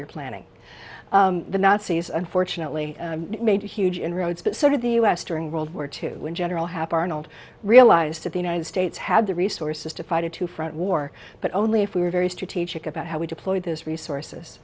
year planning the nazis unfortunately made huge inroads but sort of the u s during world war two when general hap arnold realized that the united states had the resources to fight a two front war but only if we were very strategic about how we deploy those resources